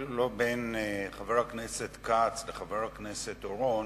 אפילו לא בין חבר הכנסת כץ לחבר הכנסת אורון,